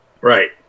Right